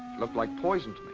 looked like poison